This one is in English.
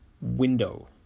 window